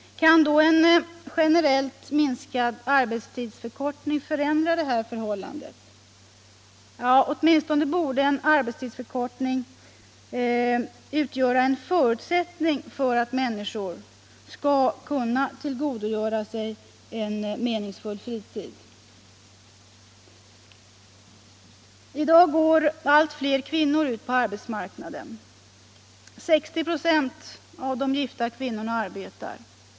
Kan då en generell arbetstidsförkortning förändra det här förhållandet? Åtminstone borde en arbetstidsförkortning vara en förutsättning för att människor skall kunna tillgodogöra sig en meningsfull fritid. I dag går allt fler kvinnor ut på arbetsmarknaden. 60 96 av de gifta kvinnorna arbetar.